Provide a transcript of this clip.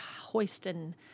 hoisting